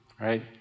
right